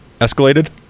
Escalated